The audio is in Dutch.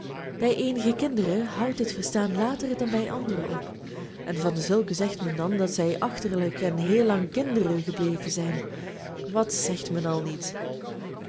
bij eenige kinderen houdt dit verstaan later dan bij andere op en van dezulken zegt men dan dat zij achterlijk en heel lang kinderen gebleven zijn wat zegt men al niet